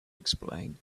explain